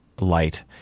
light